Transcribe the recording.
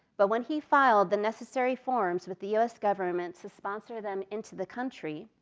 but when he filed the necessary forms with the u s. government to sponsor them into the country,